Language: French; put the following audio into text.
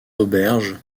auberges